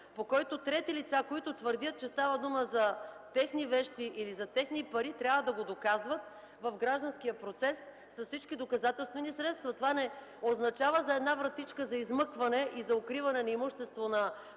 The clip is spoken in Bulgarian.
по който трети лица, които твърдят, че става дума за техни вещи или за техни пари, трябва да го доказват в гражданския процес с всички доказателствени средства. Това не означава за едни вратичка за измъкване и за укриване на имущество на